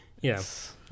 Yes